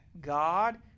God